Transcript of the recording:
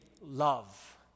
love